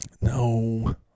No